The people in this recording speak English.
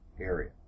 area